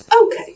okay